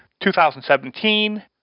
2017